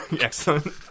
excellent